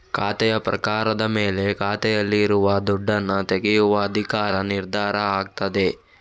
ಖಾತೆಯ ಪ್ರಕಾರದ ಮೇಲೆ ಖಾತೆಯಲ್ಲಿ ಇರುವ ದುಡ್ಡನ್ನ ತೆಗೆಯುವ ಅಧಿಕಾರ ನಿರ್ಧಾರ ಆಗ್ತದೆ